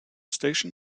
station